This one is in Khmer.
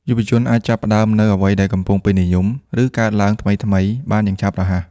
យុវជនអាចចាប់បាននូវអ្វីដែលកំពុងពេញនិយម ឬកើតឡើងថ្មីៗបានយ៉ាងឆាប់រហ័ស។